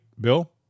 Bill